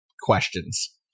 questions